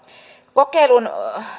kokeilun